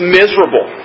miserable